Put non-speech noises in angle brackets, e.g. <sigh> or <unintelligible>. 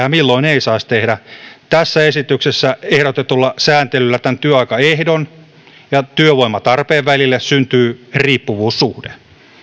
<unintelligible> ja milloin ei saisi tehdä tässä esityksessä ehdotetulla sääntelyllä tämän työaikaehdon ja työvoimatarpeen välille syntyy riippuvuussuhde